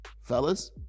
Fellas